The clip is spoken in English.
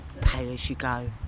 pay-as-you-go